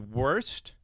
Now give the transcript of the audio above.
worst